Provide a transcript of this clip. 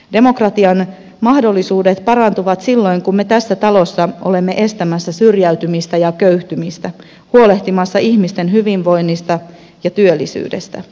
demokratian mahdollisuudet parantuvat silloin kun me tässä talossa olemme estämässä syrjäytymistä ja köyhtymistä huolehtimassa ihmisten hyvinvoinnista ja työllisyydestä